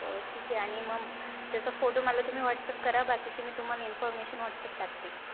हो ठीक आहे आणि मग त्याचा फोटो मला तुम्ही व्हॉट्सअप करा बाकीची मी तुम्हाला इन्फॉमेशन वॉट्सअप टाकते